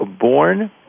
born